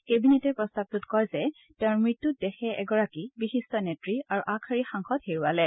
কেবিনেটে প্ৰস্তাৱটোত কয় যে তেওঁৰ মৃত্যুত দেশে এগৰাকী বিশিষ্ট নেত্ৰী আৰু আগশাৰীৰ সাংসদ হেৰুৱালে